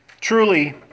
Truly